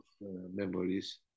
memories